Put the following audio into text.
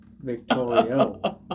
Victoria